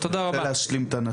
אני רוצה להשלים את הנתון.